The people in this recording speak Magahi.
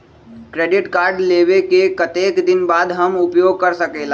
क्रेडिट कार्ड लेबे के कतेक दिन बाद हम उपयोग कर सकेला?